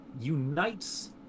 unites